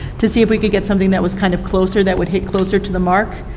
to see if we could get something that was kind of closer, that would hit closer to the mark.